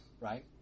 Right